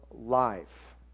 Life